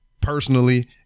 personally